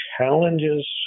challenges